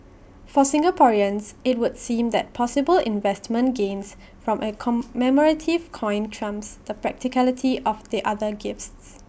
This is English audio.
for Singaporeans IT would seem that possible investment gains from A commemorative coin trumps the practicality of the other gifts